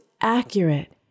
accurate